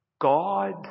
God